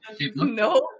no